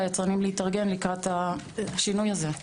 ליצרנים להתארגן לקראת השינוי הזה.